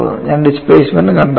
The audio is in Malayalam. ഞാൻ ഡിസ്പ്ലേസ്മെൻറ് കണ്ടെത്തണം